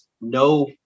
no